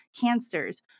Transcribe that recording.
cancers